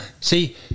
see